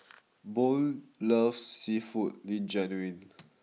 Boone loves Seafood Linguine